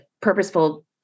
purposeful